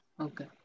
okay